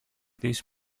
της